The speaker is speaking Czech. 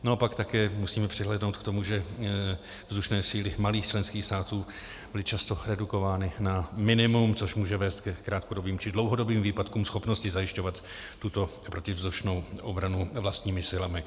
A pak také musíme přihlédnout k tomu, že vzdušné síly malých členských států byly často redukovány na minimum, což může vést ke krátkodobým či dlouhodobým výpadkům schopnosti zajišťovat tuto protivzdušnou obranu vlastními silami.